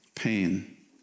Pain